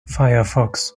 firefox